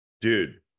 Dude